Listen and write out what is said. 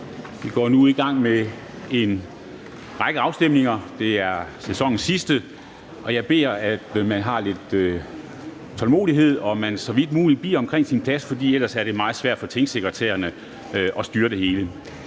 Vi går nu i gang med en række afstemninger. Det er sæsonens sidste, og jeg beder om, at man har lidt tålmodighed, og at man så vidt muligt bliver i nærheden af sin plads, for ellers er det meget svært for tingsekretærerne at styre det hele.